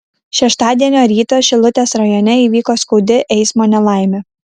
šeštadienio rytą šilutės rajone įvyko skaudi eismo nelaimė